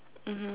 mmhmm